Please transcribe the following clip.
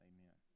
Amen